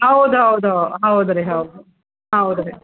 ಹೌದು ಹೌದೋ ಹೌದ್ರಿ ಹೌದ್ರಿ